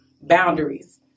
boundaries